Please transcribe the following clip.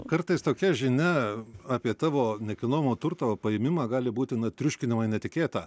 kartais tokia žinia apie tavo nekilnojamo turto paėmimą gali būti triuškinamai netikėta